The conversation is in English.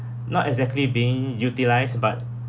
not exactly being utilised but